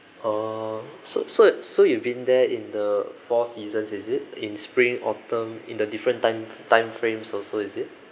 oh so so so you've been there in the four seasons is it in spring autumn in the different time time frames also is it